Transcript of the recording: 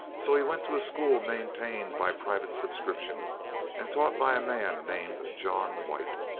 so he went to a school maintained by private subscription and taught by a man named john white.